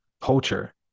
culture